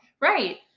Right